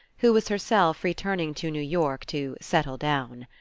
who was herself returning to new york to settle down.